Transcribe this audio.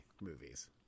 movies